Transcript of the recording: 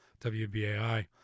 WBAI